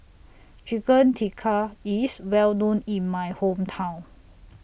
Chicken Tikka IS Well known in My Hometown